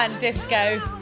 disco